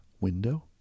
window